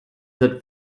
that